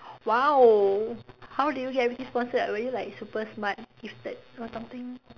!wow! how did you get everything sponsored were you like super smart gifted or something